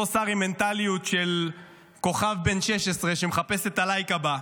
אותו שר עם מנטליות של כוכב בן 16 שמחפש את הלייק הבא,